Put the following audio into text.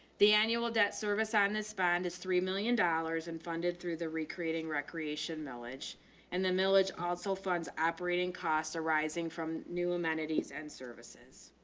the annual debt service on this span is three million dollars and funded through the recreating recreation millage and the millage. also funds operating costs are rising from new amenities and services.